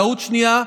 טעות שנייה,